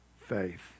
faith